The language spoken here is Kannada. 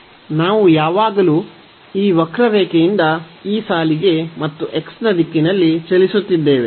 ನಾವು ಯಾವಾಗಲೂ ಈ ವಕ್ರರೇಖೆಯಿಂದ ಈ ಸಾಲಿಗೆ ಮತ್ತು x ನ ದಿಕ್ಕಿನಲ್ಲಿ ಚಲಿಸುತ್ತಿದ್ದೇವೆ